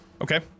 Okay